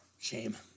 Shame